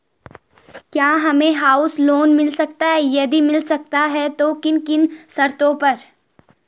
क्या हमें house loan मिल सकता है यदि मिल सकता है तो किन किन शर्तों पर?